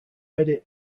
edit